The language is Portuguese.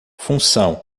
função